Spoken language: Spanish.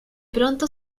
pronto